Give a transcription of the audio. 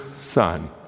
Son